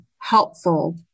helpful